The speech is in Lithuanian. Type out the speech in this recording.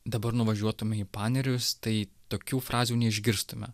dabar nuvažiuotume į panerius tai tokių frazių neišgirstume